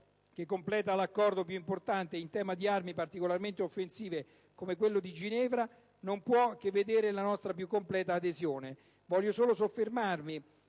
che completa l'accordo più importante in tema di armi particolarmente offensive, come quello di Ginevra, non può che vedere la nostra più completa adesione. Voglio solo soffermarmi,